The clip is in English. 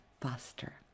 faster